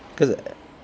cause I